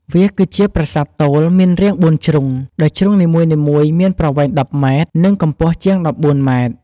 វាគឺជាប្រាសាទទោលមានរាង៤ជ្រុង ដោយជ្រុងនីមួយៗមានប្រវែង ១០ម៉ែត្រ និងកម្ពស់ជាង១៤ម៉ែត្រ។